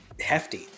hefty